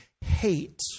hate